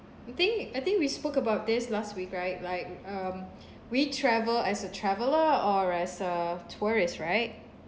I think I think we spoke about this last week right like um we travel as a traveller or as a tourist right